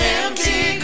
empty